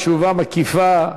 תשובה מקיפה.